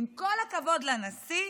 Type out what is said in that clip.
עם כל הכבוד לנשיא,